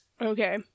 Okay